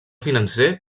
financer